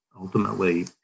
ultimately